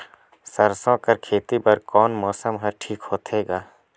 सरसो कर खेती बर कोन मौसम हर ठीक होथे ग?